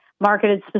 marketed